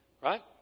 right